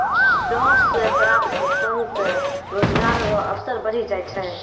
डांट से प्राप्त सन से रोजगार रो अवसर बढ़ी जाय छै